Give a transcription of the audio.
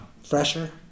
fresher